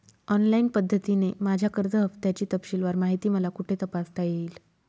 Online पद्धतीने माझ्या कर्ज हफ्त्याची तपशीलवार माहिती मला कुठे तपासता येईल?